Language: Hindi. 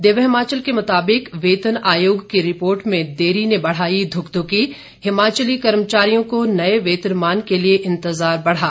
दिव्य हिमाचल के मुताबिक वेतन आयोग की रिपोर्ट में देरी ने बढ़ाई धुकधुकी हिमाचली कर्मचारियों को नए वेतनमान के लिए इंतजार बढ़ा